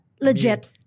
Legit